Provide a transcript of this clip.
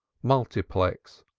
multiplex,